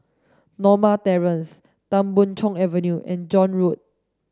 Norma Terrace Tan Boon Chong Avenue and John Road